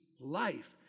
life